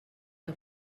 que